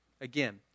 Again